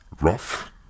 rough